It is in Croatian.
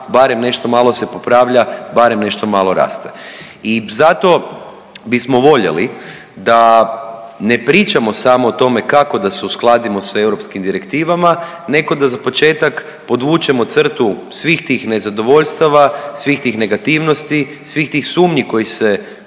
barem nešto malo se popravlja, barem nešto malo raste. I zato bismo voljeli da ne pričamo samo o tome kako da se uskladimo sa europskim direktivama nego da za početak podvučemo crtu svih tih nezadovoljstava, svih tih negativnosti, svih tih sumnji koji se